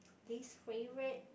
least favourite